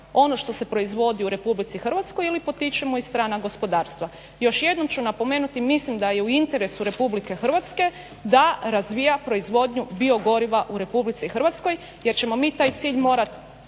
ono što se proizvodi u RH ili potičemo i strana gospodarstva. Još jednom ću napomenuti, mislim da je u interesu RH da razvija proizvodnju biogoriva u RH jer ćemo mi taj cilj morat